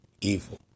evil